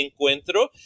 Encuentro